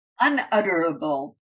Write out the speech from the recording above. Unutterable